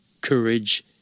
courage